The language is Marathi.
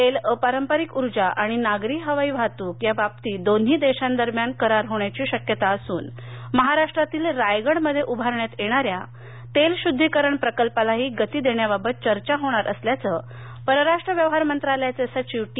तेल अपारंपरिक ऊर्जा आणि नागरी हवाई वाहतूक या बाबतीत दोन्ही देशांदरम्यान करार होण्याची शक्यता असून महाराष्ट्रातील रायगडमध्ये उभारण्यात येणाऱ्या तेल शुद्धिकरण प्रकल्पालाही गती देण्याबाबत चर्चा होणार असल्याचं परराष्ट व्यवहार मंत्रालयाचे सचिव टी